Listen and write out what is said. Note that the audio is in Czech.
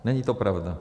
Není to pravda.